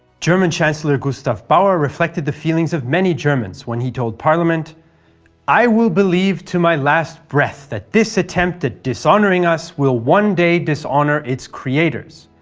german chancellor gustav bauer reflected the feelings of many germans when he told parliament i will believe to my last breath that this attempt at dishonouring us will one day dishonour its creators,